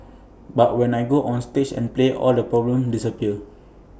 but when I go onstage and play all the problems disappear